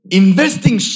investing